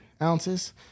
ounces